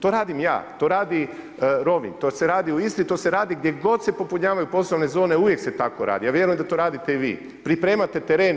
To radim ja, to radi Rovinj, to se radi u Istri, to se radi gdje god se popunjavaju poslovne zone uvijek se tako radi, a vjerujem da to radite i vi, pripremate teren.